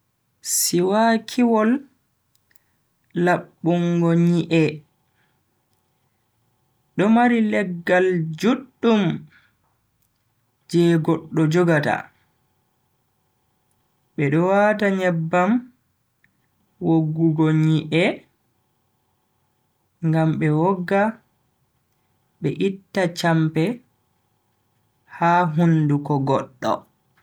siwaakiwol labbungo nyi'e. do mari leggal juddum je goddo jogata. be do wata nyebbam woggugo nyi'e ngam be wogga be itta champe ha hunduko goddo.